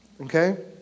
Okay